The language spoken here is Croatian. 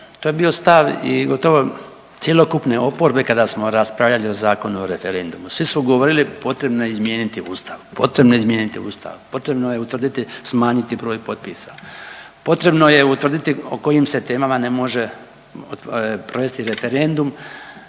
To je bio stav i gotovo cjelokupne oporbe kada smo raspravljali o Zakonu o referendumu. Svi su govorili potrebno izmijeniti Ustav, potrebno je izmijeniti Ustav, potrebno je utvrditi, smanjiti broj potpisa, potrebno je utvrditi o kojim se temama ne može provesti referendum